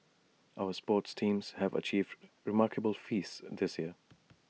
our sports teams have achieved remarkable feats this year